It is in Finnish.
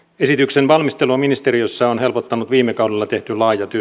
esityksen valmistelua ministeriössä on helpottanut viime kaudella tehty laaja työ